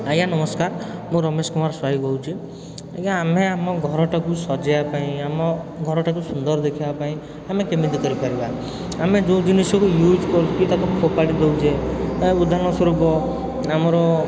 ଆଜ୍ଞା ନମସ୍କାର ମୁଁ ରମେଶ କୁମାର ସ୍ଵାଇଁ କହୁଛି ଆଜ୍ଞା ଆମେ ଆମ ଘରଟାକୁ ସଜେଇବା ପାଇଁ ଆମ ଘରଟାକୁ ସୁନ୍ଦର ଦେଖେଇବା ପାଇଁ ଆମେ କେମିତି କରିପାରିବା ଆମେ ଯେଉଁ ଜିନିଷକୁ ୟୁଜ୍ କରୁଛେ ତାକୁ ଫୋଫାଡ଼ି ଦେଉଛେ ବା ଉଦାହରଣସ୍ୱରୂପ ଆମର